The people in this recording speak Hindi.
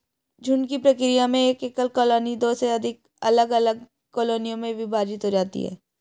झुंड की प्रक्रिया में एक एकल कॉलोनी दो से अधिक अलग अलग कॉलोनियों में विभाजित हो जाती है